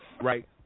right